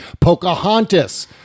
pocahontas